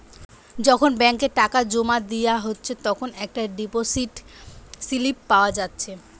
যখন ব্যাংকে টাকা জোমা দিয়া হচ্ছে তখন একটা ডিপোসিট স্লিপ পাওয়া যাচ্ছে